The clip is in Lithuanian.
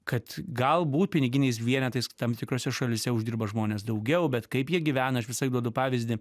kad galbūt piniginiais vienetais tam tikrose šalyse uždirba žmonės daugiau bet kaip jie gyvena aš visąlaik duodu pavyzdį